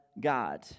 God